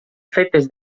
fetes